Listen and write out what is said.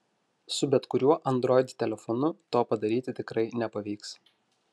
su bet kuriuo android telefonu to padaryti tikrai nepavyks